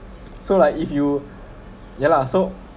so like if you ya lah so